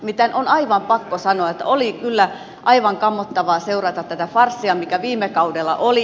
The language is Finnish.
nimittäin on aivan pakko sanoa että oli kyllä aivan kammottavaa seurata tätä farssia mikä viime kaudella oli